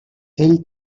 ell